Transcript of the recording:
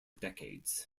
decades